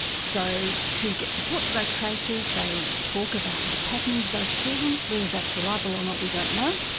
so to get support for those creches they talk about what's happening to those children, whether that's reliable or not, we don't know,